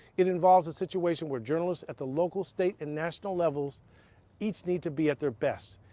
it involves a situation where journalists at the local, state and national levels each need to be at their best,